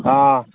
ꯑꯥ